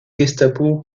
gestapo